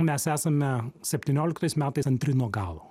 mes esame septynioliktais metais antri nuo galo